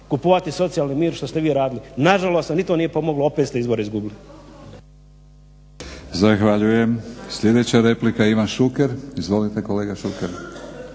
kupovati socijalni mir što ste vi radili. Nažalost ni to nije pomoglo. Opet ste izbore izgubili.